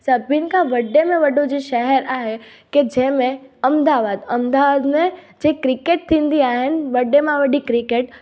सभिनि खां वॾे में वॾो जे शहरु आहे की जंहिंमें की अहमदाबाद अहमदाबाद में जे क्रिकेट थींदी आहे वॾे मां वॾी क्रिकेट